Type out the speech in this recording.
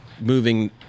moving